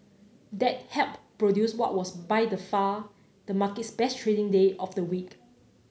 that helped produce what was by the far the market's best trading day of the week